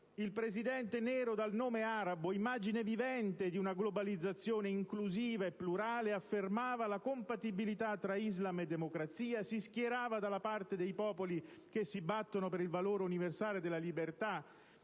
il Presidente nero dal nome arabo, immagine vivente di una globalizzazione inclusiva e plurale, affermava la compatibilità tra Islam e democrazia, si schierava dalla parte dei popoli che si battono per il valore universale della libertà